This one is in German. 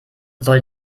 soll